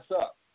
up